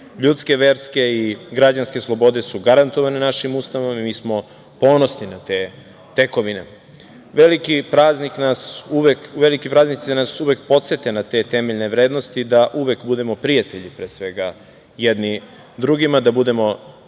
Ljudske, verske i građanske slobode su garantovane našim Ustavom. Mi smo ponosni na te tekovine. Veliki praznici nas uvek podsete na te temeljne vrednosti, da uvek budemo prijatelji, pre svega, jedni drugima, da budemo